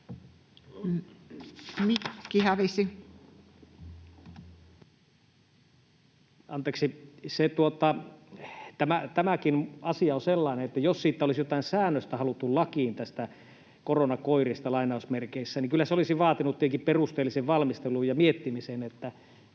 sulkeutuu] Anteeksi. — Tämäkin asia on sellainen, että jos olisi jotain säännöstä haluttu lakiin näistä koronakoirista, niin kyllä se olisi vaatinut tietenkin perusteellisen valmistelun ja miettimisen, miten